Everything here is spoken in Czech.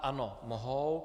Ano, mohou.